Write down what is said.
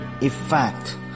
effect